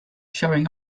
showing